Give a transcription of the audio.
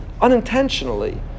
unintentionally